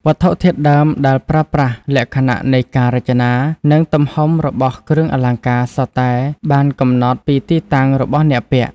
វត្ថុធាតុដើមដែលប្រើប្រាស់ លក្ខណៈនៃការរចនា និងទំហំរបស់គ្រឿងអលង្ការ សុទ្ធតែបានកំណត់ពីទីតាំងរបស់អ្នកពាក់។